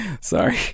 Sorry